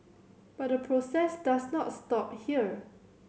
but the process does not stop here